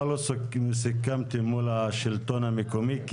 מה לא סיכמתם מול השלטון המקומי,